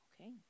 Okay